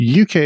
uk